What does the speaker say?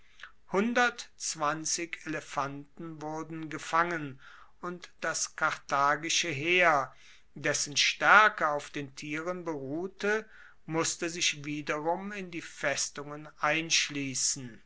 elefanten wurden gefangen und das karthagische heer dessen staerke auf den tieren beruhte musste sich wiederum in die festungen einschliessen